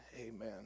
Amen